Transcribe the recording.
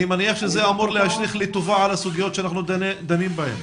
אני מניח שזה אמור להשליך לטובה על הסוגיות שאנחנו דנים בהן.